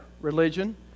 religion